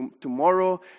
tomorrow